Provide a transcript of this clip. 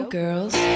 girls